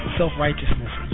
self-righteousness